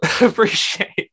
appreciate